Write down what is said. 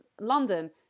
London